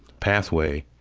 pathway,